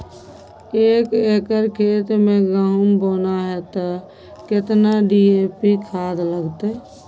एक एकर खेत मे गहुम बोना है त केतना डी.ए.पी खाद लगतै?